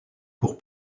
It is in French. pour